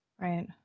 Right